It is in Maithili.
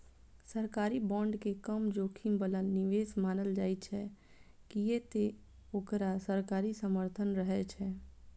सरकारी बांड के कम जोखिम बला निवेश मानल जाइ छै, कियै ते ओकरा सरकारी समर्थन रहै छै